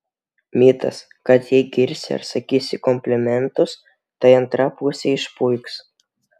mitas kad jei girsi ar sakysi komplimentus tai antra pusė išpuiks